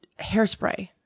hairspray